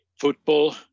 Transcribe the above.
football